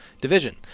division